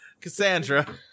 Cassandra